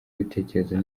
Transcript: ibitekerezo